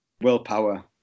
willpower